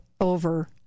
over